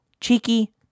Cheeky